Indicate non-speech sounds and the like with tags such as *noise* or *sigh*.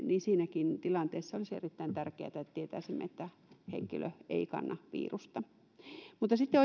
niin siinäkin tilanteessa olisi erittäin tärkeätä että tietäisimme että henkilö ei kanna virusta sitten *unintelligible*